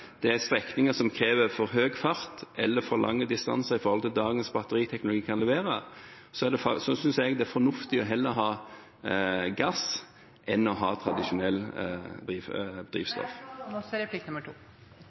for høy fart, eller der det er for lange distanser i forhold til hva dagens batteriteknologi kan levere, er det fornuftig heller å ha gass enn å ha